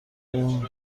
اون